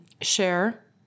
share